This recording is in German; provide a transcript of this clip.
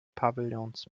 pavillons